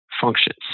functions